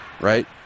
right